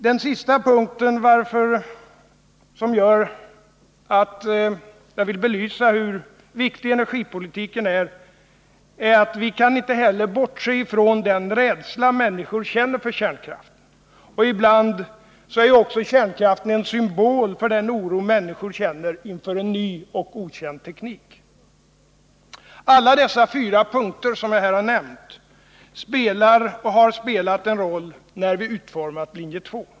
Den sista punkten som belyser vikten av energipolitiken är att vi inte heller kan bortse från den rädsla människor känner för kärnkraften. Ibland är också kärnkraften en symbol för den oro människor känner inför en ny och okänd teknik. Alla dessa fyra punkter som jag här nämnt har spelat en roll när vi utformat linje 2.